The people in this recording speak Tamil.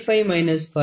Least Count L